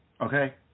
Okay